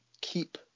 keep